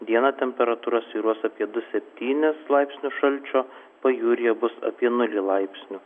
dieną temperatūra svyruos apie du septynis laipsnius šalčio pajūryje bus apie nulį laipsnių